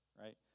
right